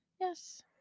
yes